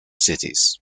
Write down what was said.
cities